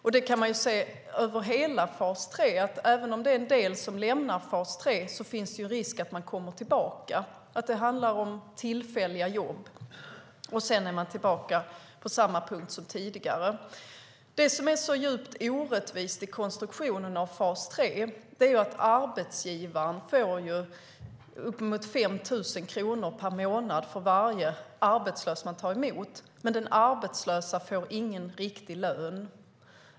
Man kan se över hela fas 3 att även om en del lämnar den finns en risk att de kommer tillbaka, att det handlar om tillfälliga jobb och att de sedan är tillbaka på samma punkt som tidigare. Det som är så djupt orättvist i konstruktionen av fas 3 är att arbetsgivaren får uppemot 5 000 kronor per månad för varje arbetslös som man tar emot medan den arbetslösa inte får någon riktig lön.